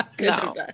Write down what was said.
No